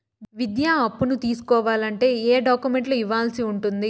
విద్యా అప్పును తీసుకోవాలంటే ఏ ఏ డాక్యుమెంట్లు ఇవ్వాల్సి ఉంటుంది